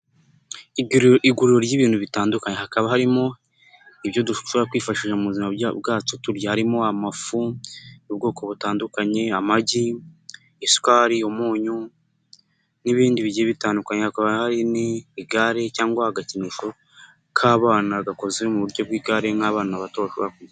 Iguriro ry'ibintu bitandukanye hakaba harimo ibyo dushobora kwifashisha mu buzima bwacu hakaba harimo amafu y'ubwoko butandukanye amagi, isukari, umunyu n'ibindi bigiye bitandukanye, hakaba hari igare cyangwa agakinisho k'abana gakoze mu buryo bw'igare nk'abana bato.